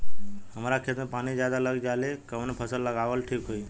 हमरा खेत में पानी ज्यादा लग जाले कवन फसल लगावल ठीक होई?